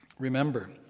Remember